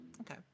Okay